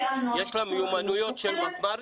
טענות --- יש לה מיומנויות של מפמ"רית?